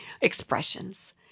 expressions